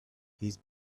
his